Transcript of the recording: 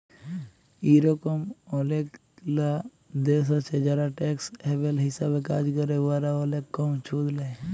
ইরকম অলেকলা দ্যাশ আছে যারা ট্যাক্স হ্যাভেল হিসাবে কাজ ক্যরে উয়ারা অলেক কম সুদ লেই